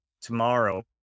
tomorrow